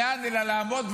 אלא לעמוד,